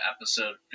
episode